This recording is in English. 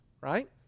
right